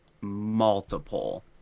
multiple